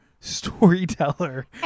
storyteller